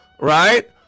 Right